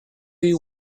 you